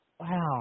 wow